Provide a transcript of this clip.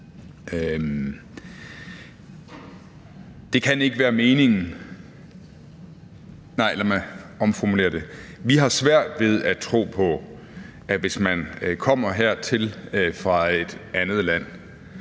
i Danmark. Vi har svært ved at tro på, at man, hvis man kommer hertil fra et andet land